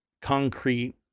concrete